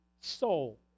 soul